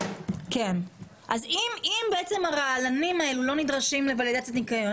אם הרעלנים האלה לא נדרשים לוולידציית ניקיון,